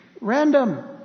random